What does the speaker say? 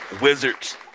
Wizards